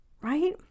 Right